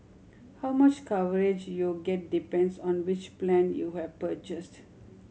how much coverage you get depends on which plan you have purchased